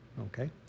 Okay